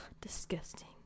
Disgusting